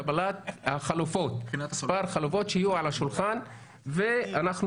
קבלת החלופות שיהיו על השולחן ואנחנו